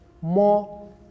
more